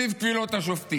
בוחרים